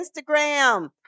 Instagram